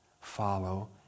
follow